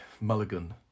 Mulligan